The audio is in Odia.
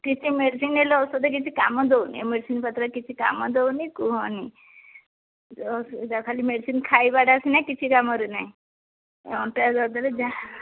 କିଛି ମେଡ଼ିସିନ ନେଲେ ଔଷଧ କିଛି କାମ ଦଉନି ଏ ମେଡ଼ିସିନ ପତ୍ରରେ କିଛି କାମ ଦଉନି କୁହନି ଯେଉଁ ଅସୁବିଧା ଖାଲି ମେଡ଼ିସିନ ଖାଇବାଟା ସିନା କିଛି କାମରେ ନାହିଁ ଅଣ୍ଟା ଦରଜରେ ଯାହା